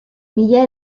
mila